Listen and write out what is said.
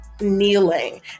kneeling